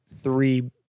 three